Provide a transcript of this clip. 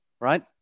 right